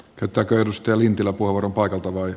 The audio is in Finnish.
pitääkö edustaja lintilä pour paikalta voi